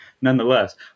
nonetheless